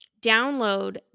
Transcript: Download